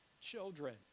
children